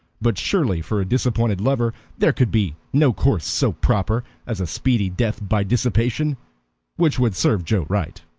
but surely, for a disappointed lover there could be no course so proper as a speedy death by dissipation which would serve joe right.